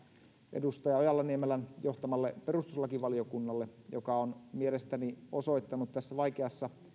edustaja ojala niemelän johtamalle perustuslakivaliokunnalle joka on mielestäni osoittanut tässä vaikeassa